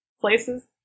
places